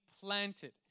planted